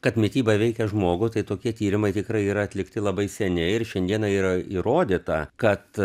kad mityba veikia žmogų tai tokie tyrimai tikrai yra atlikti labai seniai ir šiandiena yra įrodyta kad